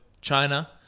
China